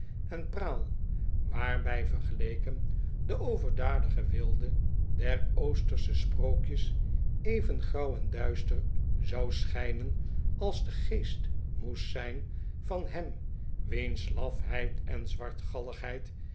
en praal waarbij vergeleken de pverdadige weelde der oostersche sprookjes even grauw en duister zou schijnen als de geest moest zijn van hem wiens lafheid en